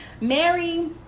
Mary